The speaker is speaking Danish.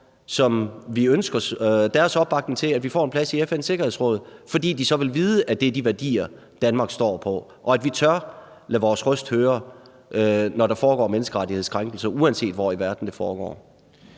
vi ønsker til, at vi får en plads i FN's Sikkerhedsråd, fordi de så vil vide, at det er de værdier, Danmark står på mål for, og at vi tør lade vores røst høre, når der foregår menneskerettighedskrænkelser, uanset hvor i verden det foregår.